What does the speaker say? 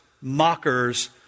mockers